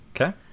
Okay